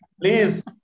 Please